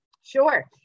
Sure